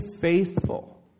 faithful